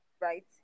right